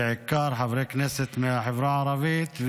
בעיקר חברי הכנסת מהחברה הערבית,